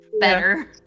better